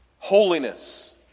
Holiness